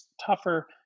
tougher